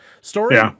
story